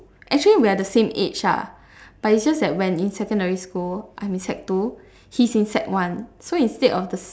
actually we are the same age lah but is just that when in secondary school I'm in sec two he's in sec one so instead of the